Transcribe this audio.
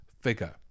figure